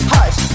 Hush